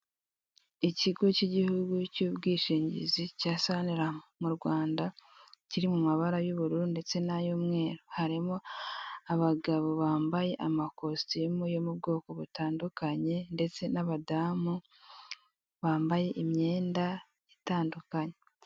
Ikigo cy'igihugu cy'ubwishingizi cya sanilamu mu Rwanda, kiri mu mabara y'ubururu ndetse nay'umweru harimo abagabo bambaye amakositime yo mu bwoko butandukanye ndetse n'abadamu bambaye imyenda itandukanye.